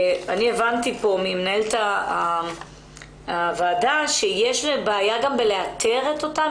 הבנתי פה ממנהלת הועדה שיש בעיה גם בעיה בלאתר אותן.